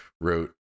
wrote